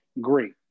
great